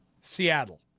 Seattle